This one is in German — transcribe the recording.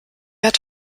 hat